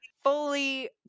fully